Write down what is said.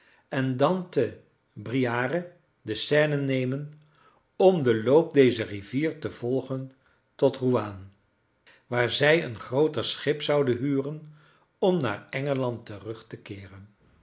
en dan te briâre de seine nemen om den loop dezer rivier te volgen tot rouaan waar zij een grooter schip zouden huren om naar engeland terug te keeren